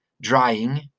drying